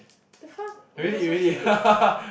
the fuck oh-my-god so cheap